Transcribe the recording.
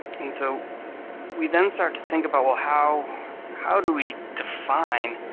and so we then start to think about, well, how how do we define